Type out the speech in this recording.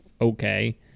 okay